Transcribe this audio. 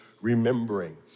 remembering